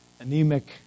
Anemic